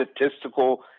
statistical